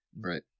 Right